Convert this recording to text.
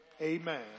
Amen